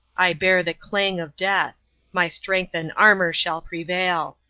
i bear the clang of death my strength and armor shall prevail.